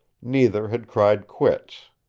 neither had cried quits.